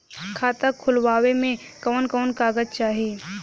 खाता खोलवावे में कवन कवन कागज चाही?